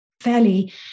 fairly